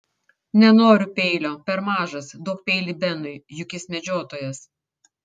nenoriu peilio per mažas duok peilį benui juk jis medžiotojas